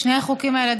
שני החוקים האלה,